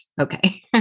Okay